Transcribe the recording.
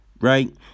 right